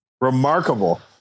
Remarkable